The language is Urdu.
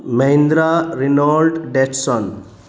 Mahindra Renault Datsun